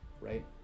right